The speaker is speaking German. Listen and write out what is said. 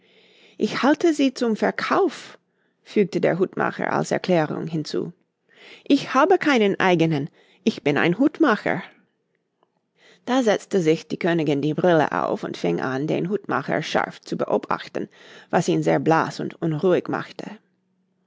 ich halte sie zum verkauf fügte der hutmacher als erklärung hinzu ich habe keinen eigenen ich bin ein hutmacher da setzte sich die königin die brille auf und fing an den hutmacher scharf zu beobachten was ihn sehr blaß und unruhig machte